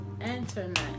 internet